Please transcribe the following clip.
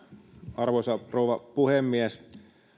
arvoisa rouva puhemies